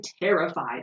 terrified